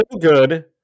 good